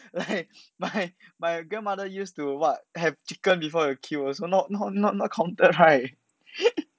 like my my grandmother used to what have chicken before it kill also not not not counted right